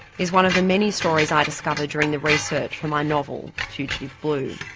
is one of the many stories i discovered during the research for my novel, fugitive blue,